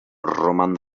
roman